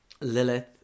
Lilith